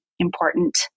Important